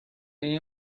این